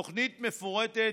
תוכנית מפורטת,